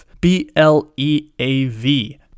B-L-E-A-V